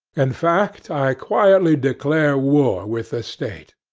in fact, i quietly declare war with the state,